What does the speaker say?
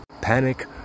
panic